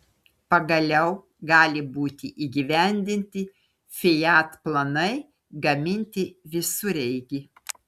pagaliau gali būti įgyvendinti fiat planai gaminti visureigį